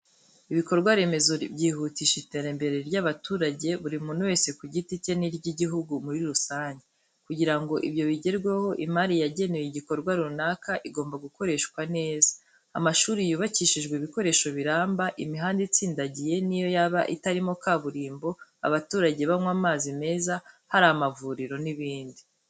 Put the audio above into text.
Ibikorwaremezo byihutisha iterambere ry'abaturage, buri muntu wese ku giti cye n'iry'igihugu muri rusange, kugira ngo ibyo bigerweho imari yagenewe igikorwa runaka igomba gukoreshwa neza, amashuri yubakishijwe ibikoresho biramba, imihanda itsindagiye n'iyo yaba itarimo kaburimbo, abaturage banywa amazi meza, hari amavuriro n'ibindi.